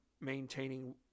maintaining